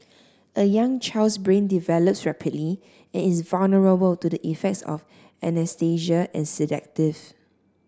a young child's brain develops rapidly and is vulnerable to the effects of anaesthesia sedative